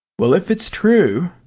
well, if it's true!